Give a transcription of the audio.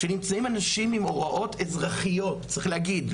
שנמצאים אנשים עם הוראות אזרחיות צריך להגיד,